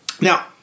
now